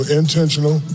intentional